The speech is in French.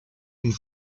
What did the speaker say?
une